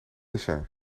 dessert